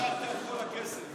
מנסור, לקחתם את כל הכסף.